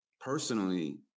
personally